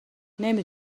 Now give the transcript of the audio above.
نمی